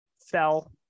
fell